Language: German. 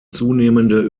zunehmende